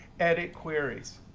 edit queries.